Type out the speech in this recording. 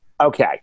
Okay